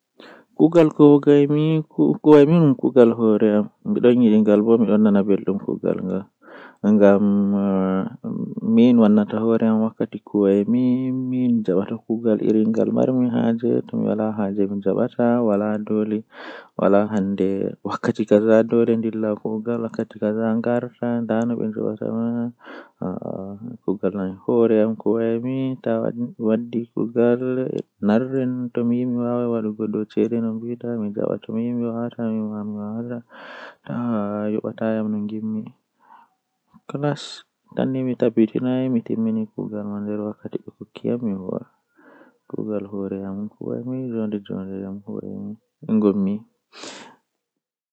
Woodi miseum haa kombi haa kombi saare lamido yola kanjum do mi yidi nastugo masin ngam woodi kareeji tari wuro man ko neebi nden tomi nasti mi laaran no wuro man fuddiri haa no wari jooni ko wontiri haa nder man suudu tarihi man.